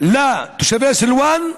לתושבי סילוואן?